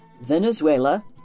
venezuela